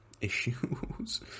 issues